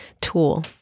tool